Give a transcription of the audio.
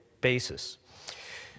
basis